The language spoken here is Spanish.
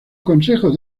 consejos